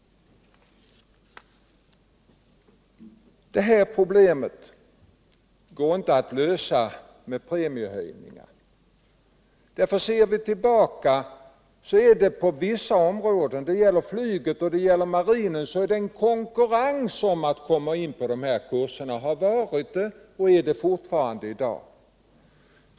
Det problem som det gäller kan inte lösas med premiehöjningar. Ser vi tillbaka, finner vi att det på vissa områden, nämligen inom flyget och marinen, har varit — och det är det forttarande —- konkurrens om att komma in på dessa kurser.